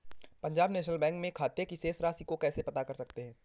Punjab national bank में खाते की शेष राशि को कैसे पता कर सकते हैं?